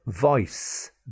voice